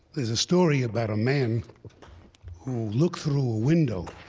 there's a story about a man who looked through a window,